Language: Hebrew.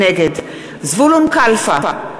נגד זבולון קלפה,